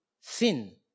sin